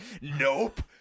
nope